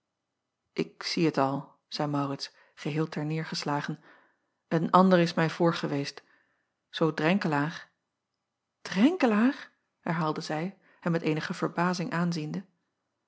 k zie het al zeî aurits geheel ter neêr geslagen een ander is mij voor geweest zoo renkelaer renkelaer herhaalde zij hem met eenige verbazing aanziende